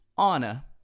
Anna